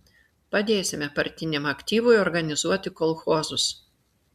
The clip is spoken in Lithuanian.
padėsime partiniam aktyvui organizuoti kolchozus